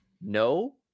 No